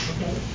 Okay